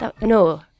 No